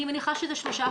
אני מניחה שזה 3%,